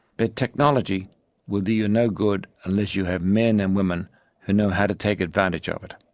but technology will do you no good unless you have men and women who know how to take advantage of it.